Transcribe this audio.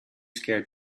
scared